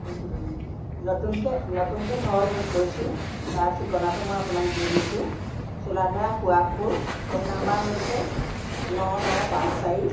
নতুনকৈ নতুনকৈ ঘৰ য'ত লৈছোঁ তাৰ ঠিকনাটো মই আপোনাক দি দিছোঁ চোলাধৰা সুৱাগপুৰ ফোন নম্বাৰ হৈছে ন ন পাঁচ চাৰি